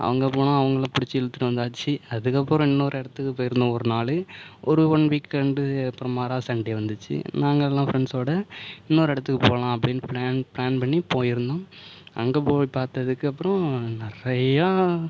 அவங்க போனோம் அவங்களை பிடிச்சி இழுத்துகிட்டு வந்தாச்சு அதுக்கப்புறம் இன்னொரு இடத்துக்கு போய்ருந்தோம் ஒரு நாள் ஒரு ஒன் வீக்கெண்டு அப்புறம் மாறாக சன்டே வந்துச்சு நாங்கள்லாம் ஃப்ரெண்ட்ஸோட இன்னொரு இடத்துக்கு போகலாம் அப்டின்னு ப்ளான் ப்ளான் பண்ணி போய்ருந்தோம் அங்கே போய் பார்த்ததுக்கு அப்புறம் நிறையா